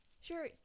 Sure